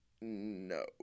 No